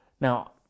Now